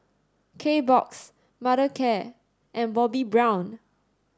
Kbox Mothercare and Bobbi Brown